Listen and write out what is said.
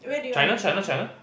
China China China